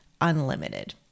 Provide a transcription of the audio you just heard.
unlimited